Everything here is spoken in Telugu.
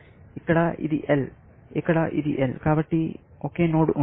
ఇక్కడ ఇది L ఇక్కడ ఇది L కాబట్టి ఒకే నోడ్ ఉంది